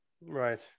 right